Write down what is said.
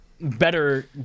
better